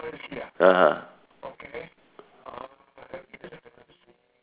(uh huh)